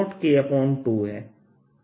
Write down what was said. तो यह फील्ड है